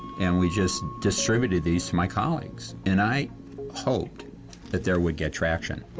and we just distributed these to my colleagues. and i hoped that there would get traction.